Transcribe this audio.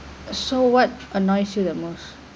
so what annoys you the most